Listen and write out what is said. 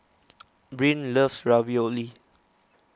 Brynn loves Ravioli